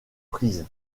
prises